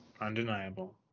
Undeniable